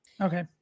Okay